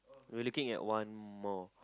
we're looking at one more